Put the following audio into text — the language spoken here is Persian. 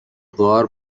غار